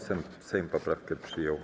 Sejm poprawkę przyjął.